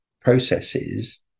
processes